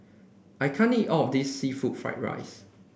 I can't eat all of this seafood Fried Rice